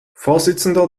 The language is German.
vorsitzender